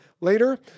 later